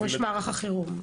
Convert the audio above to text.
ראש מערך החירום.